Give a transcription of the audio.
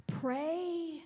Pray